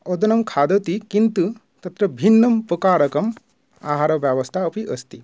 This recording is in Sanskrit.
ओदनं खादति किन्तु तत्र भिन्नं प्रकारकम् आहारव्यवस्था अपि अस्ति